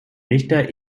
richter